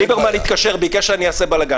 ליברמן התקשר ביקש שאני אעשה בלגן.